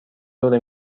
دور